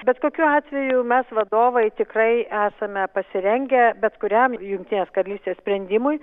bet kokiu atveju mes vadovai tikrai esame pasirengę bet kuriam jungtinės karalystės sprendimui